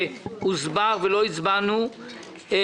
בקשה שהוסברה ולא הצבענו עליה.